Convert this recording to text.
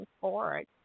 forward